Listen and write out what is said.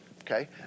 Okay